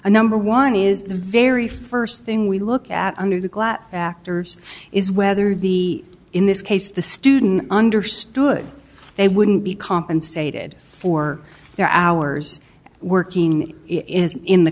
a number one is is the very first thing we look at under the glass actors is whether the in this case the student understood they wouldn't be compensated for their hours working is in the